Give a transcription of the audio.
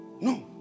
No